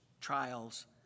trials